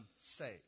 say